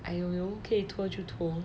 !aiyo! 可以拖就拖